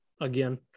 again